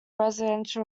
residential